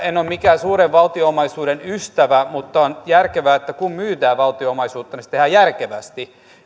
en ole mikään suuri valtion omaisuuden ystävä mutta on järkevää että kun myydään valtion omaisuutta niin se tehdään järkevästi